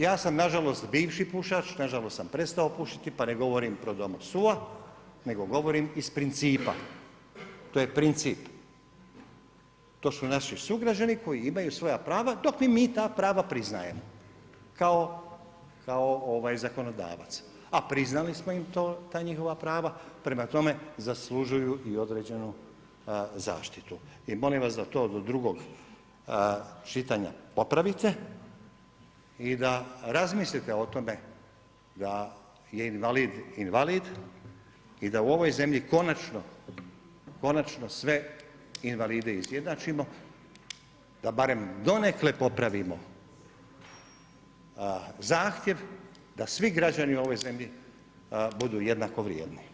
Ja sam nažalost bivši pušač, nažalost sam prestao pušiti pa ne govorim pro domo sua, nego govorim iz principa, to je princip, to su naši sugrađani koji imaju svoja prava dok im mi ta prava priznajemo kao ovaj zakonodavac, a priznali smo im ta njihova prava, prema tome zaslužuju određenu zaštitu i molim vas da to do drugog čitanja popravite i da razmislite o tome da je invalid invalid i da u ovoj zemlji konačno, konačno sve invalide izjednačimo, da barem donekle popravimo zahtjev da svi građani u ovoj zemlji budu jednako vrijedni.